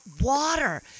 water